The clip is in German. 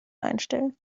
einstellen